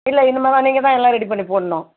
இல்லை இனிமே தான் நீங்கள் தான் எல்லாம் ரெடி பண்ணி போடணும்